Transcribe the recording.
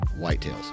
whitetails